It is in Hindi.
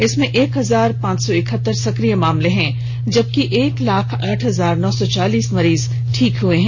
इसमें एक हजार पांच सौ एकहत्तर सक्रिय केस हैं जबकि एक लाख आठ हजार नौ सौ चालीस मरीज ठीक हुए हैं